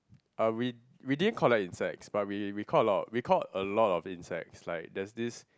but we we didn't collect insects but we we caught we caught a lot of insects like there's this